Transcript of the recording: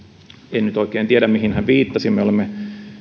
en nyt oikein tiedä mihin hän viittasi me olemme